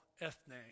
ethne